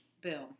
boom